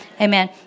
Amen